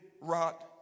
rot